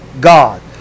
God